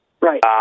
Right